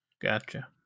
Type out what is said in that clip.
Gotcha